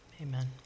Amen